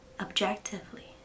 objectively